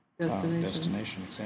Destination